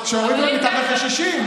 שהורידו להם מתחת ל-60,